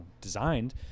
designed